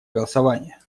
голосования